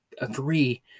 agree